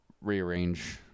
rearrange